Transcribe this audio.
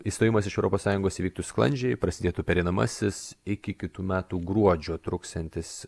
išstojimas iš europos sąjungos įvyktų sklandžiai prasidėtų pereinamasis iki kitų metų gruodžio truksiantis